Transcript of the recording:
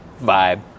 vibe